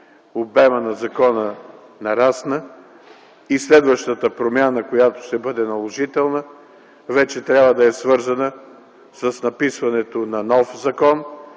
обемът на закона нарасна и следващата промяна, която ще бъде наложителна, вече трябва да е свързана с написването на нов закон,